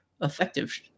effective